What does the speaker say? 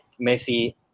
Messi